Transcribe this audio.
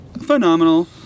phenomenal